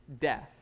death